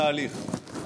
התהליך,